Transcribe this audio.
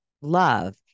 love